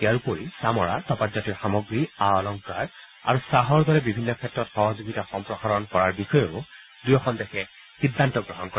ইয়াৰ উপৰি চামৰা ধঁপাতজাতীয় সামগ্ৰী আ অলংকাৰ আৰু চাহৰ দৰে বিভিন্ন ক্ষেত্ৰত সহযোগিতা সম্প্ৰসাৰণ কৰাৰ বিষয়েও দুয়োখন দেশে সিদ্ধান্ত গ্ৰহণ কৰে